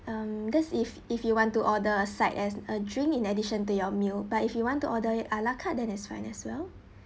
um that's if if you want to order a side as a drink in addition to your meal but if you want to order a la carte then it's fine as well